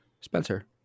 Spencer